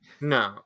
No